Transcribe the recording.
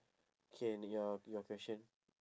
K and your your question